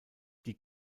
die